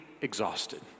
exhausted